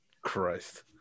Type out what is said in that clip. Christ